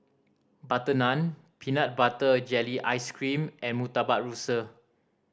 butter naan peanut butter jelly ice cream and Murtabak Rusa